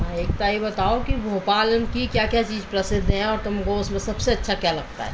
हाँ एकता ये बताओ कि भोपाल कि क्या क्या चीज़ें प्रसिद्ध हैं और तुमको उसमें सबसे अच्छा क्या लगता है